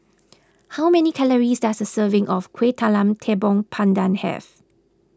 how many calories does a serving of Kueh Talam Tepong Pandan have